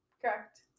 Correct